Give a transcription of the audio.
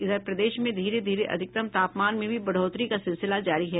इधर प्रदेश में धीरे धीरे अधिकतम तापमान में भी बढ़ोतरी का सिलसिला जारी है